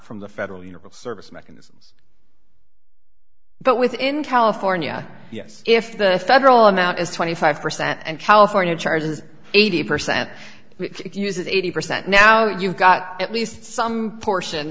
from the federal universal service mechanisms but within california yes if the federal amount is twenty five percent and california charges eighty percent use eighty percent now you've got at least some portion